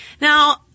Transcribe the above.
Now